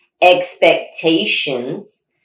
expectations